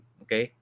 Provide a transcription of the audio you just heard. okay